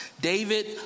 David